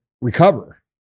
recover